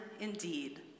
indeed